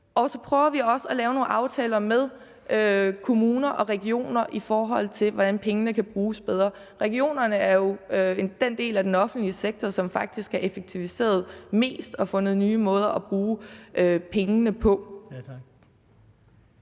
og så prøver vi også at lave nogle aftaler med kommuner og regioner om, hvordan pengene kan bruges bedre. Regionerne er jo den del af den offentlige sektor, som faktisk har effektiviseret mest og fundet nye måder at bruge pengene på.